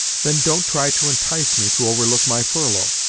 then don't try to entice me to overlook my furlough,